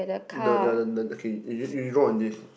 the the the the okay you you draw on this